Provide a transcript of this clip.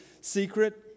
secret